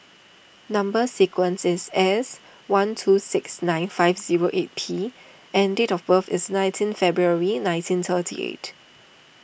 Number Sequence is S one two six nine five zero eight P and date of birth is nineteen February nineteen thirty eight